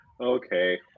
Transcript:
Okay